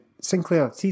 Sinclair